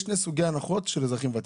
יש שתי סוגי הנחוות של אזרחים ותיקים.